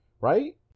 right